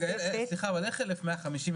איך זה 1,150?